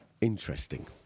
interesting